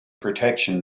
protection